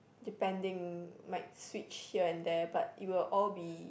depending might switch here and there but it will all be